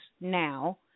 now